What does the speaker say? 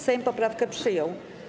Sejm poprawkę przyjął.